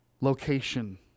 location